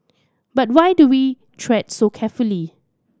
but why do we tread so carefully